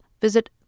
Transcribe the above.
visit